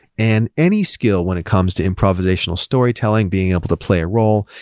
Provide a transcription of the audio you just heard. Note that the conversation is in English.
and any skill when it comes to improvisational storytelling, being able to play a role,